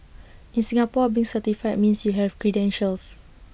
in Singapore being certified means you have credentials